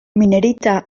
minerita